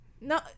no